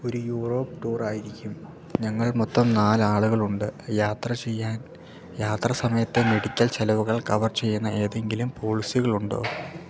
ഒരു യൂറോപ്പ് ടൂറായിരിക്കും ഞങ്ങൾ മൊത്തം നാലാളുകളുണ്ട് യാത്ര ചെയ്യാൻ യാത്രാസമയത്തെ മെഡിക്കൽ ചെലവുകൾ കവർ ചെയ്യുന്ന ഏതെങ്കിലും പോളിസികളുണ്ടോ